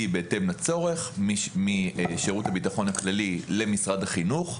בהתאם לצורך משירות הביטחון הכללי למשרד החינוך.